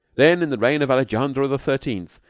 then, in the reign of alejandro the thirteenth,